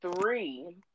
three